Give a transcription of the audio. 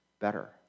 better